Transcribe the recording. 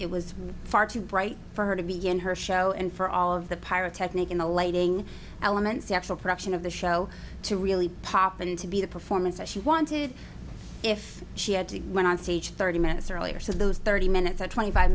it was far too bright for her to be in her show and for all of the pyrotechnic in the lighting elements the actual production of the show to really pop in to be the performances she wanted if she had to went on stage thirty minutes earlier so those thirty minutes or twenty five